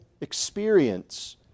experience